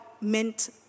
meant